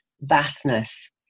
vastness